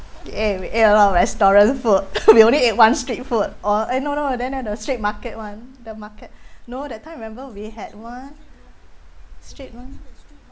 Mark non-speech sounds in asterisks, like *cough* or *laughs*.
eh we ate a lot of restaurant food *laughs* we only ate one street food oh eh no no no no no street market [one] the market *breath* no that time remember we had one street [one]